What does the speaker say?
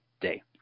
day